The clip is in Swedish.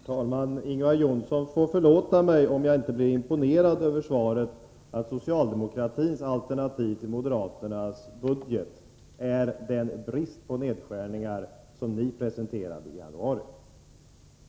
Herr talman! Ingvar Johnsson får förlåta mig om jag inte blir imponerad över svaret att socialdemokratins alternativ till moderaternas budget är den brist på nedskärningar som ni presenterade i januari.